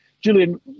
Julian